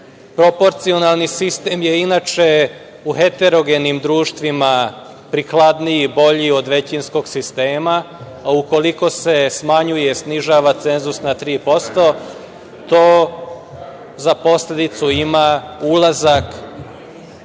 Skupštini. Proporcionalni sistem je inače u heterogenim društvima prikladniji, bolji od većinskog sistema, a ukoliko se smanjuje, snižava cenzus na 3%, to za posledicu ima ulazak